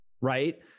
right